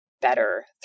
better